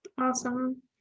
awesome